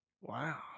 wow